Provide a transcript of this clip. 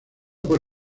por